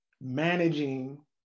managing